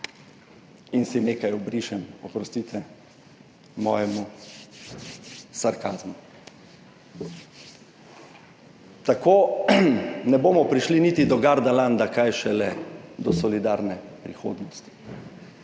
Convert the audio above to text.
in si nekaj obrišem, oprostite mojemu sarkazmu. Tako ne bomo prišli niti do Gardalanda, kaj šele do solidarne prihodnosti.